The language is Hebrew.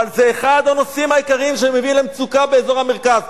אבל זה אחד הנושאים העיקריים שמביאים למצוקה באזור המרכז.